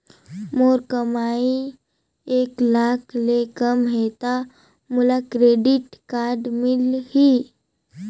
मोर कमाई एक लाख ले कम है ता मोला क्रेडिट कारड मिल ही?